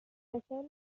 deixeu